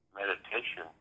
meditation